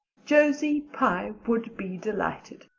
josie pye would be delighted.